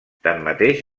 tanmateix